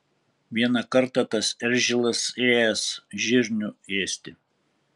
vieną kartą tas eržilas ėjęs žirnių ėsti